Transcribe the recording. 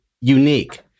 unique